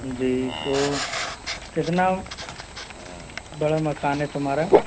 जी तो कितना बड़ा मकान है तुम्हारा